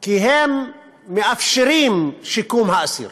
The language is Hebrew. כי הם מאפשרים את שיקום האסיר.